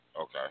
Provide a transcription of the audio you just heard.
Okay